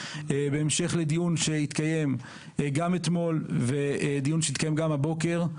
בהמשך לדיון שהתקיים גם אתמול ודיון שהתקיים גם הבוקר,